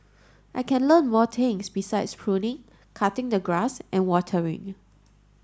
I can learn more things besides pruning cutting the grass and watering